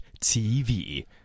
TV